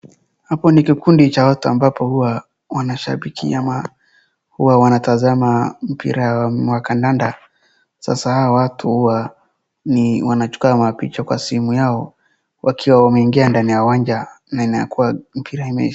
Hapo ni kikundi cha watu ambapo huwa wanashabikia ama huwa wanatazama mpira wa kandanda. Sasa hawa watu huwa ni wanachukua mapicha kwa simu yao wakiwa wameingia ndani ya uwanja na inakuwa mpira imeisha.